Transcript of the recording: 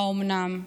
"האומנם".